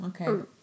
okay